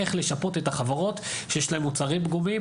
איך לשפות את החברות שיש להם מוצרים פגומים,